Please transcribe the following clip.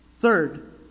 Third